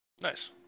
nice